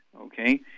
Okay